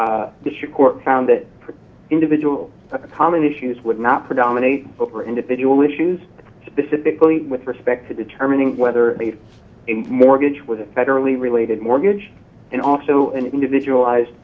the district court found that individual common issues would not for dominate individual issues specifically with respect to determining whether a mortgage with a federally related mortgage and also individualized